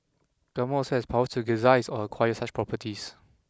government also has powers to gazette or acquire such properties